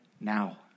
now